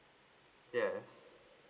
yes